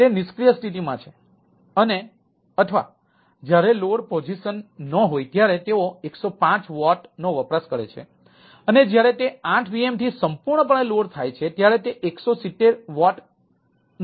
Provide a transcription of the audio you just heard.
તે નિષ્ક્રિય સ્થિતિનો વપરાશ કરે છે અને જ્યારે તે 8 VM થી સંપૂર્ણપણે લોડ થાય છે ત્યારે તે 170 વોટ કહે છે